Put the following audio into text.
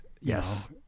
yes